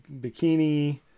bikini